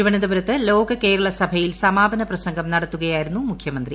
തിരുവനന്തപുരത്ത് ലോക കേരള സഭയിൽ സമാപന പ്രസംഗം നടത്തുകയായിരുന്നു മുഖ്യമന്ത്രി